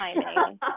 timing